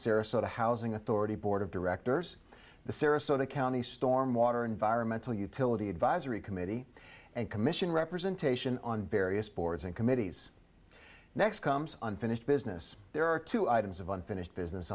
sarasota housing authority board of directors the sarasota county storm water environmental utility advisory committee and commission representation on various boards and committees next comes unfinished business there are two items of unfinished business